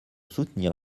soutenir